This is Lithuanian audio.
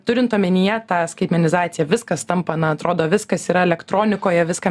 turint omenyje tą skaitmenizaciją viskas tampa na atrodo viskas yra elektronikoje viską